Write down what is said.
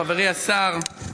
חברי השר,